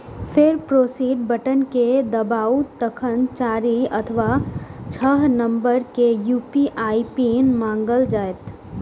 फेर proceed button कें दबाउ, तखन चारि अथवा छह नंबर के यू.पी.आई पिन मांगल जायत